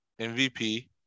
MVP